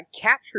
Capture